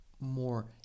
more